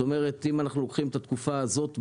אם אנחנו לוקחים את התקופה הזאת בשנה,